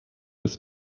with